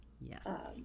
Yes